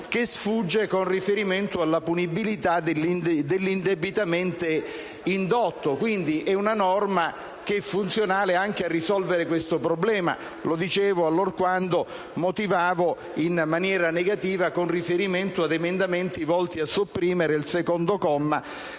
che sfugge con riferimento alla punibilità dell'indebitamente indotto. Quindi è una norma funzionale anche a risolvere questo problema, lo dicevo allorquando esponevo le motivazioni della mia contrarietà ad emendamenti volti a sopprimere il secondo comma